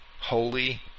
holy